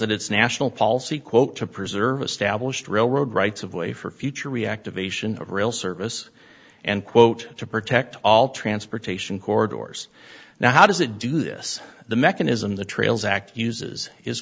that its national policy quote to preserve established railroad rights of way for future reactivation of rail service and quote to protect all transportation corridors now how does it do this the mechanism the trails act uses is